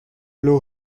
low